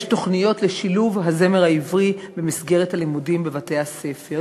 תוכניות לשילוב הזמר העברי במסגרת הלימודים בבתי-הספר,